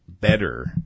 better